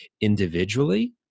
individually